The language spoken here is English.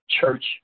Church